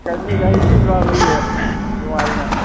करनी चाहिदी बाकबी ओह् बमारियां